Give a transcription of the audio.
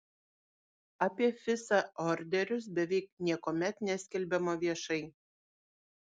apie fisa orderius beveik niekuomet neskelbiama viešai